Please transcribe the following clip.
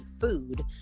food